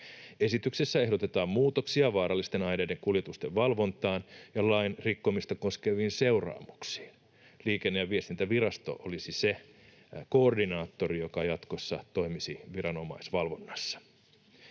Esityksessä ehdotetaan muutoksia vaarallisten aineiden kuljetusten valvontaan ja lain rikkomista koskeviin seuraamuksiin. Liikenne- ja viestintävirasto olisi se koordinaattori, joka jatkossa toimisi viranomaisvalvonnassa.